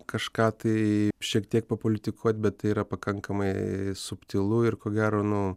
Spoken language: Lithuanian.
kažką tai šiek tiek papolitikuot bet tai yra pakankamai subtilu ir ko gero nu